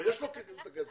יש לו את הכסף.